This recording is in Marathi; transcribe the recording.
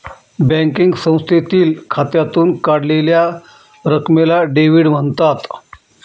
बँकिंग संस्थेतील खात्यातून काढलेल्या रकमेला डेव्हिड म्हणतात